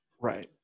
Right